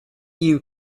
you